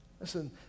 Listen